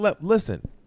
listen